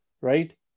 right